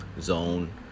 zone